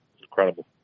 incredible